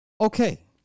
Okay